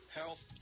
health